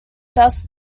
thus